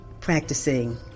practicing